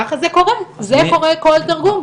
ככה זה קורה, זה קורה בכל תרגום.